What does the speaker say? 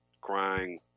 crying